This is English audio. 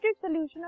solution